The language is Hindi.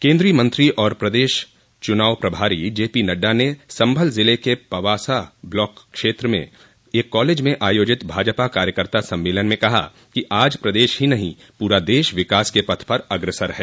केन्द्रीय मंत्री और प्रदेश चुनाव प्रभारी जेपी नड्डा ने सम्भल जिले के पवॅासा ब्लाक क्षेत्र में एक कालेज में ॅआयोजित भाजपा कार्यकर्ता सम्मेलन में कहा कि आज प्रदेश ही नहीं पूरा देश विकास के पथ पर अग्रसर है